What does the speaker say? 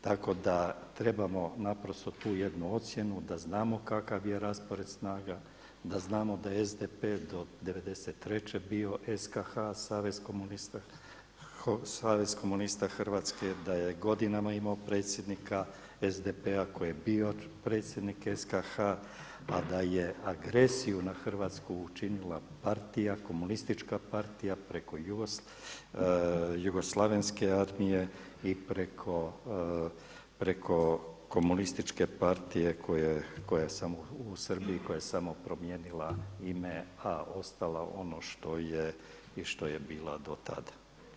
Tako da trebamo naprosto tu jednu ocjenu da znamo kakav je raspored snaga, da znamo da je SDP do '93. bio SKH, Savez komunista Hrvatske, da je godinama imao predsjednika SDP-a koji je bio predsjednik SKH a da je agresiju na Hrvatsku učinila partija, komunistička partija … jugoslavenske armije i preko komunističke partije koja je samo u Srbiji i koja je samo promijenila ime a ostala ono što je i što je bila do tada.